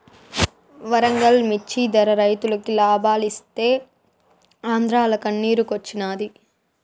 వరంగల్ మిచ్చి ధర రైతులకి లాబాలిస్తీ ఆంద్రాల కన్నిరోచ్చినాది